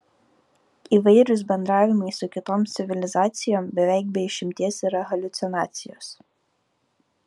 įvairūs bendravimai su kitom civilizacijom beveik be išimties yra haliucinacijos